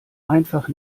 einfach